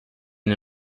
and